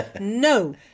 no